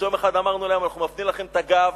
שיום אחד אמרנו להם: אנחנו מפנים לכם את הגב,